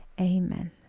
Amen